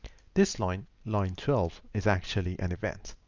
this line line twelve is actually an event.